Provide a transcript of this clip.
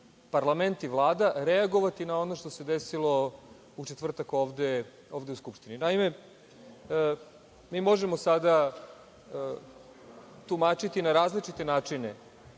parlament i Vlada reagovati na ono što se desilo u četvrtak ovde u Skupštini? Naime, mi možemo sada tumačiti na različite načine